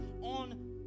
on